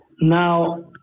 now